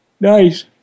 Nice